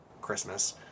Christmas